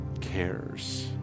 cares